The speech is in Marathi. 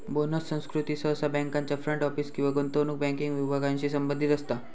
बोनस संस्कृती सहसा बँकांच्या फ्रंट ऑफिस किंवा गुंतवणूक बँकिंग विभागांशी संबंधित असता